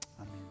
amen